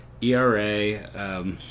ERA